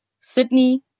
Sydney